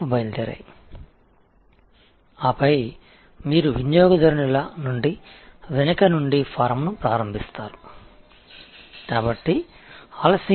பின்னர் நீங்கள் உண்மையில் கஸ்டமர்களிடமிருந்து பின்புறத்திலிருந்து படிவத்தைத் தொடங்குகிறீர்கள்